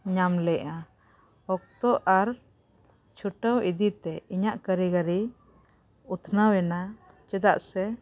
ᱧᱟᱢ ᱞᱮᱜᱼᱟ ᱚᱠᱛᱚ ᱟᱨ ᱪᱷᱩᱴᱟᱹᱣ ᱤᱫᱤᱛᱮ ᱤᱧᱟᱜ ᱠᱟᱹᱨᱤᱜᱚᱨᱤ ᱩᱛᱱᱟᱹᱣᱮᱱᱟ ᱪᱮᱫᱟᱜ ᱥᱮ